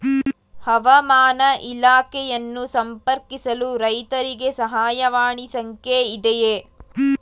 ಹವಾಮಾನ ಇಲಾಖೆಯನ್ನು ಸಂಪರ್ಕಿಸಲು ರೈತರಿಗೆ ಸಹಾಯವಾಣಿ ಸಂಖ್ಯೆ ಇದೆಯೇ?